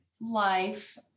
life